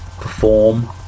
perform